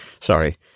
Sorry